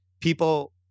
people